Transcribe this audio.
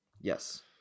Yes